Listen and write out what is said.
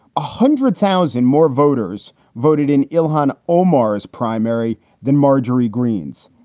ah hundred thousand more voters voted in illinois omar's primary than marjorie green's.